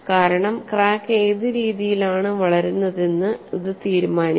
കാരണം ക്രാക്ക് ഏത് രീതിയിലാണ് വളരുന്നതെന്ന് അത് തീരുമാനിക്കും